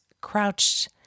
crouched